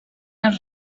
els